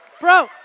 Bro